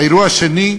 האירוע השני,